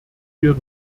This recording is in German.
wir